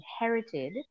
inherited